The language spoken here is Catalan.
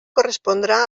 correspondrà